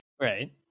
Right